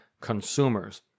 consumers